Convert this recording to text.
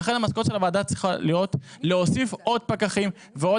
לכן המסקנה של הוועדה צריכה להיות להוסיף עוד פקחים ועוד